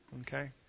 Okay